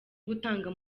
gutanga